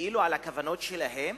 כאילו על הכוונות שלהם?